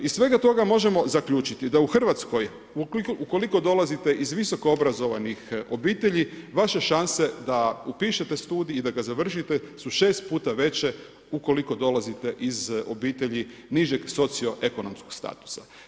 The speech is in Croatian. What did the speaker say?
Iz svega toga možemo zaključiti da u Hrvatskoj ukoliko dolazite iz visokoobrazovanih obitelji, vaše šanse da upišete studij i da ga završite su 6 puta veće, ukoliko dolazite iz obitelji nižeg socio ekonomskog statusa.